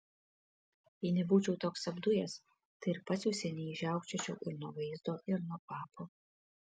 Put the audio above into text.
jei nebūčiau toks apdujęs tai ir pats jau seniai žiaukčiočiau ir nuo vaizdo ir nuo kvapo